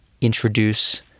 introduce